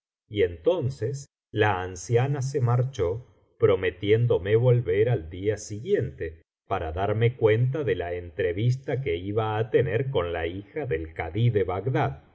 y entonces la anciana se marchó prometiéndome volver al día siguiente para darme cuenta de la entrevista que iba á tener con la hija del kadi de bagdad